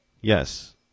Yes